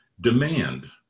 demand